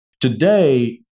today